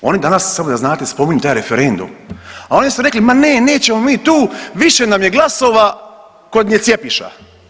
Oni danas samo da znate spominju taj referendum, a ovdje su rekli ma ne, nećemo mi tu više nam je glasova kod necjepiša.